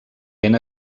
ben